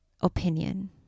opinion